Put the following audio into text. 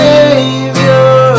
Savior